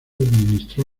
administró